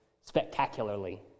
spectacularly